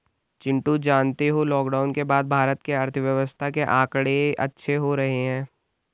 चिंटू जानते हो लॉकडाउन के बाद भारत के अर्थव्यवस्था के आंकड़े अच्छे हो रहे हैं